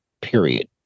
period